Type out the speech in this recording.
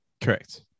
Correct